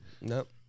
Nope